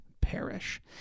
perish